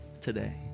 today